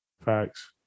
Facts